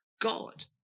God